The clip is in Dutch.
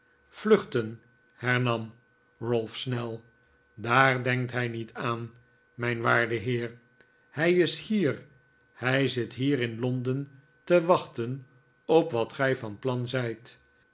vluchten hernam ralph snel daar denkt hij niet aan mijn waarde heer hij is hier hij zit hier in londen te wachten op wat gij van plan zijt